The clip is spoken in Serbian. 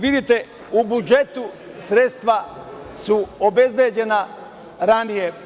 Vidite, u budžetu sredstva su obezbeđena ranije.